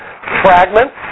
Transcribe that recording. fragments